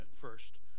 first